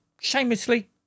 shamelessly